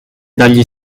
dagli